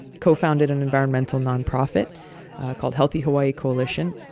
co-founded an environmental nonprofit called healthy hawai'i coalition,